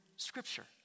Scripture